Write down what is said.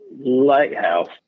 lighthouse